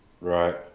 Right